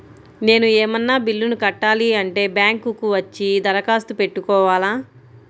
నేను ఏమన్నా బిల్లును కట్టాలి అంటే బ్యాంకు కు వచ్చి దరఖాస్తు పెట్టుకోవాలా?